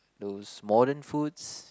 these modern foods